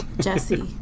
Jesse